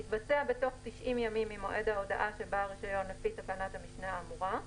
יתבצע בתוך 90 ימים ממועד ההודעה של בעל הרישיון לפי תקנת המשנה האמורה,